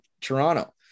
Toronto